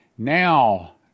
Now